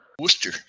worcester